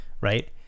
right